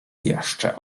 jeszcze